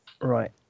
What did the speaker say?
Right